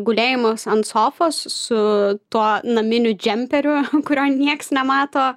gulėjimas ant sofos su tuo naminiu džemperiu kurio nieks nemato